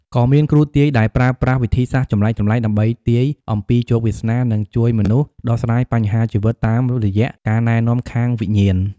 ក៏មាន គ្រូទាយ ដែលប្រើប្រាស់វិធីសាស្ត្រចម្លែកៗដើម្បីទាយអំពីជោគវាសនា និងជួយមនុស្សដោះស្រាយបញ្ហាជីវិតតាមរយៈការណែនាំខាងវិញ្ញាណ។